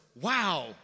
Wow